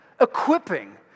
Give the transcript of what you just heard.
equipping